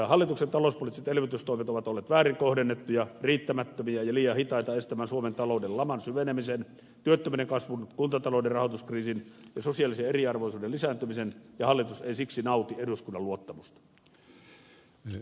hallituksen talouspoliittiset elvytystoimet ovat olleet väärin kohdennettuja riittämättömiä ja liian hitaita estämään suomen talouden laman syvenemisen työttömyyden kasvun kuntatalouden rahoituskriisin ja sosiaalisen eriarvoisuuden lisääntymisen ja hallitus ei siksi nauti eduskunnan luottamusta